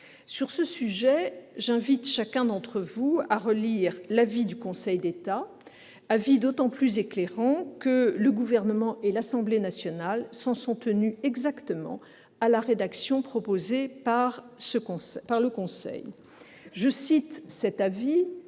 Sur ce sujet, j'invite chacun d'entre vous à relire l'avis du Conseil d'État, d'autant plus éclairant que le Gouvernement et l'Assemblée nationale s'en sont tenus à la rédaction proposée par celui-ci. Je cite cet avis, qui est